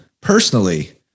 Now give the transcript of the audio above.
personally